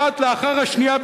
האחת אחר השנייה,